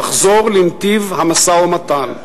תחזור לנתיב המשא-ומתן.